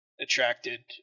attracted